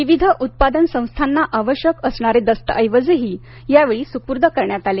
विविध उत्पादन संस्थांना आवश्यक असणारे दस्तऐवजही यावेळी सुपूर्द करण्यात आले